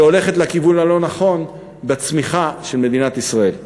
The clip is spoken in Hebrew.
והולכת לכיוון הלא-נכון בצמיחה של מדינת ישראל.